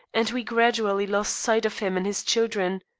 and we gradually lost sight of him and his children.